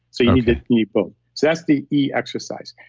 so you need both. that's the e, exercise.